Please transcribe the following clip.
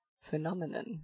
phenomenon